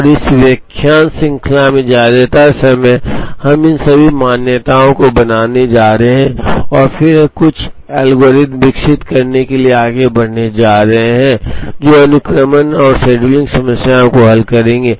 और इस व्याख्यान श्रृंखला में ज्यादातर समय हम इन सभी मान्यताओं को बनाने जा रहे हैं और फिर हम कुछ एल्गोरिदम विकसित करने के लिए आगे बढ़ने जा रहे हैं जो अनुक्रमण और शेड्यूलिंग समस्याओं को हल करेंगे